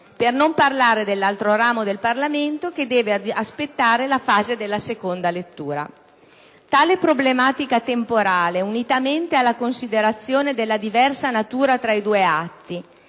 per non parlare dell'altro ramo del Parlamento che deve aspettare la fase della seconda lettura. Tale problematica temporale, unitamente alla considerazione della diversa natura tra i due atti